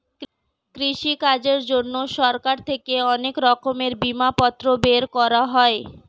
কৃষিকাজের জন্যে সরকার থেকে অনেক রকমের বিমাপত্র বের করা হয়